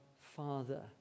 Father